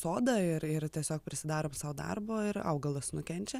sodą ir ir tiesiog prisidarom sau darbo ir augalas nukenčia